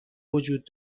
وجود